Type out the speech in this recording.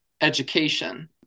education